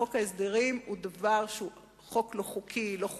חוק ההסדרים הוא חוק לא חוקי, לא חוקתי,